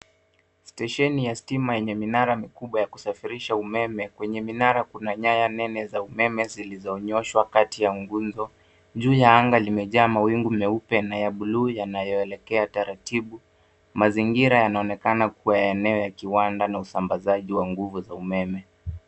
Stesheni ya stima yenye minara mikubwa ya kusafirisha umeme. Kwenye minara kuna nyaya nene za umeme zilizonyoshwa kati ya nguzo juu ya anga limejaa mawingu meupe na ya blue yanayoelekea taratibu. Mazingira yanaonekana kua ya eneo ya kiwanda na usambazaji wa nguvu za umeme.